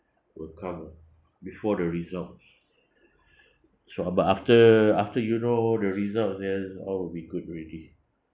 will come lah before the results so uh but after after you know all the results then all will be good already